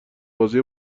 بازی